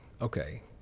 okay